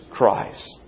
Christ